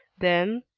then,